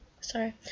sorry